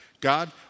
God